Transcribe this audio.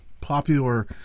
popular